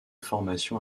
formation